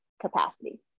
capacity